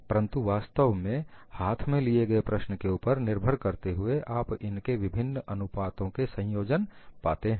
परंतु वास्तव में हाथ में लिए गए प्रश्न के ऊपर निर्भर करते हुए आप इनके विभिन्न अनुपातों के संयोजन पाते हैं